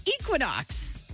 equinox